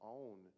own